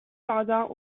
vendant